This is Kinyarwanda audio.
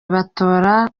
batora